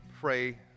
pray